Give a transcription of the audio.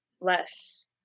less